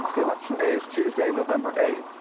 election day is tuesday, november eighth,